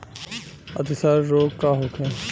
अतिसार रोग का होखे?